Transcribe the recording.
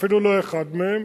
אפילו לא אחד מהם,